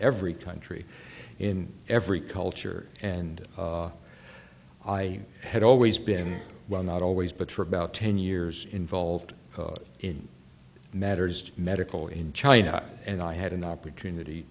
every country in every culture and i had always been well not always but for about ten years involved in matters medical in china and i had an opportunity